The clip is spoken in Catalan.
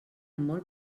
molt